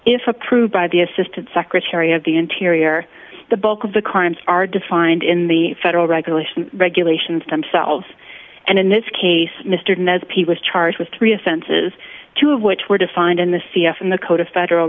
if approved by the assistant secretary of the interior the bulk of the crimes are defined in the federal regulations regulations themselves and in this case mr nez p was charged with three offenses two of which were defined in the c f in the code of federal